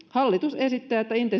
hallitus esittää että intensiteetti